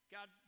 God